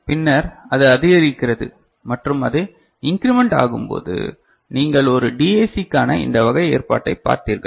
பின்னர் அது அதிகரிக்கிறது மற்றும் அது இன்கிரிமெண்ட் ஆகும்போது நீங்கள் ஒரு டிஏசிக்கான இந்த வகையான ஏற்பாட்டைக் பார்த்தீர்கள்